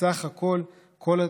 בסך הכול,